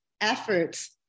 efforts